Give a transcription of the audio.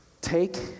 take